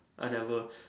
I never